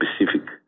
specific